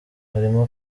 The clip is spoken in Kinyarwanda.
harimo